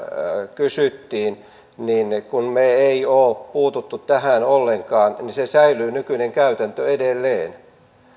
kysyttiin me emme ole puuttuneet tähän ollenkaan niin että se nykyinen käytäntö säilyy edelleen